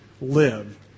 live